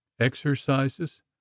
exercises